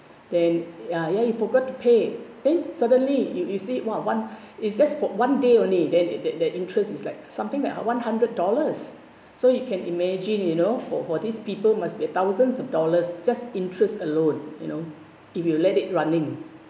then uh ya you forgot to pay then suddenly you you see !whoa! one is just for one day only then the the interest is like something like one hundred dollars so you can imagine you know for for these people must be a thousands of dollars just interest alone you know if you let it running